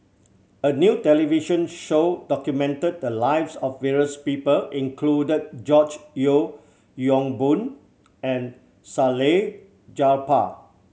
a new television show documented the lives of various people include George Yeo Yong Boon and Salleh Japar